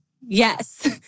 Yes